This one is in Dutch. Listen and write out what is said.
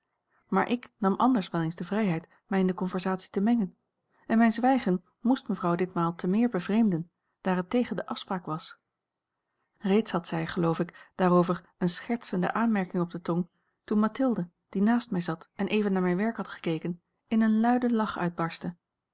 maar ik nam anders wel eens de vrijheid mij in de conversatie te mengen en mijn zwijgen moest mevrouw ditmaal te meer bevreemden daar het tegen de afspraak was reeds had zij geloof ik daarover eene schertsende aanmerking op de tong toen mathilde die naast mij zat en even naar mijn werk had gekeken in een luiden lach uitbarstte